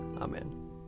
Amen